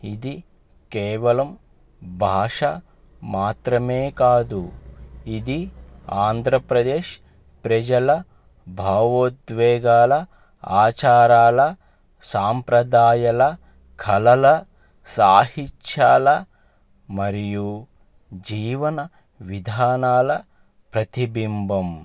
ఇది కేవలం భాష మాత్రమే కాదు ఇది ఆంధ్రప్రదేశ్ ప్రజల భావోద్వేగాల ఆచారాల సాంప్రదాయల కలల సాహిత్యాల మరియు జీవన విధానాల ప్రతిబింబం